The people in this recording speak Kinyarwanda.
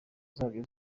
zabyo